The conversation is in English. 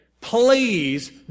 please